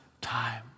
time